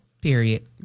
Period